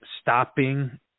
stopping